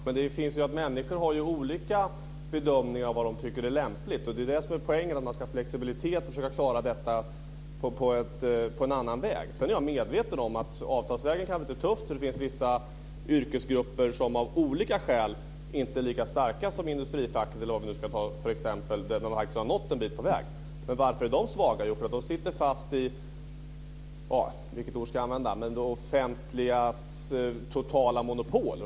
Fru talman! Det är möjligt att det är det för Birger Schlaug. Men människor har ju olika bedömningar av vad de tycker är lämpligt. Det är det som är poängen. Man ska ha flexibilitet och försöka klara detta på annan väg. Sedan är jag medveten om att det kan bli tufft avtalsvägen. Det finns vissa yrkesgrupper som av olika skäl inte är lika starka som industrifacket eller vad vi nu ska ta för exempel där man faktiskt har nått en bit på väg. Men varför är de svaga? Jo, för de sitter fast i - jag vet inte vilka ord man ska använda - det offentligas totala monopol.